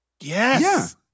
Yes